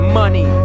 money